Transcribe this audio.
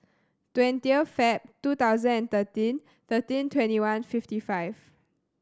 twentieth Feb two thousand and thirteen thirteen twenty one fifty five